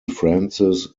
frances